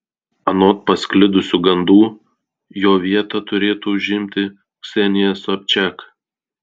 anot pasklidusių gandų jo vietą turėtų užimti ksenija sobčiak